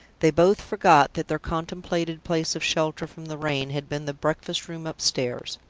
they both forgot that their contemplated place of shelter from the rain had been the breakfast-room upstairs.